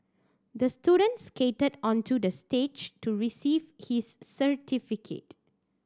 the student skated onto the stage to receive his certificate